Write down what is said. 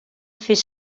fent